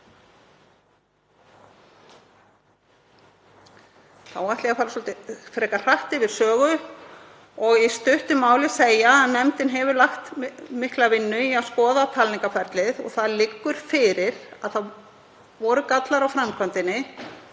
Þá ætla ég að fara frekar hratt yfir sögu og í stuttu máli segja að nefndin hefur lagt mikla vinnu í að skoða talningarferlið og það liggur fyrir að gallar voru á framkvæmdinni,